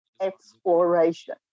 exploration